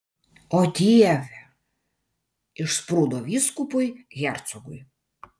o dieve išsprūdo vyskupui hercogui